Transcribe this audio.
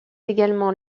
également